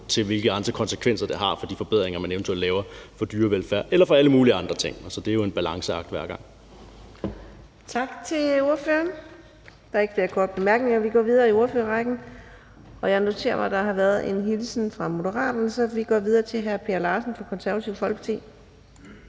til hvilke konsekvenser de forbedringer, man eventuelt laver, har for dyrevelfærd eller for alle mulige andre ting. Det er jo en balanceakt hver gang.